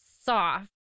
soft